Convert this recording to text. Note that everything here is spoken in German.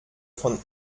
von